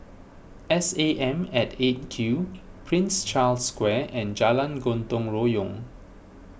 S A M at eight Q Prince Charles Square and Jalan Gotong Royong